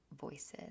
voices